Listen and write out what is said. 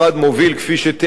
כפי שתיארתי,